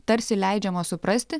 tarsi leidžiama suprasti